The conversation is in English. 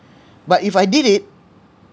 but if I did it